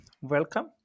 Welcome